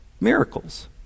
miracles